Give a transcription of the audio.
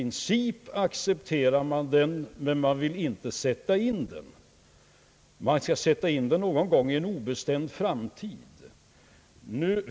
Ni accepterar i princip men vill inte sätta in avgiften — den skall sättas in någon gång i en obestämd framtid.